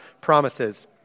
promises